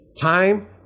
time